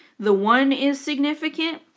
the one is significant.